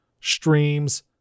streams